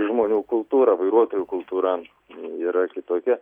žmonių kultūra vairuotojų kultūra yra kitokia